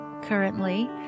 Currently